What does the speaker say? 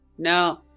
No